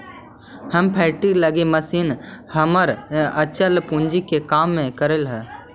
हमर फैक्ट्री लगी मशीन हमर अचल पूंजी के काम करऽ हइ